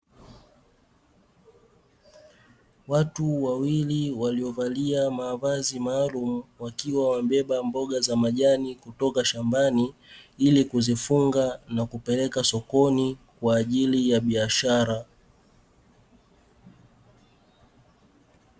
Watu wawili waliovalia mavazi maalumu, wakiwa wamebeba mboga za majani kutoka shambani ili kuzifunga na kupeleka sokoni kwa ajili ya biashara.